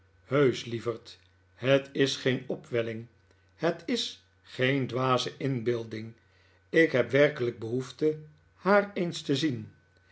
lieverd het is geen opwelling het is geen dwaze inbeelding ik heb werkelijk behoefte haar eens te zien